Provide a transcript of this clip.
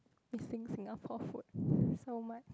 missing Singapore food so much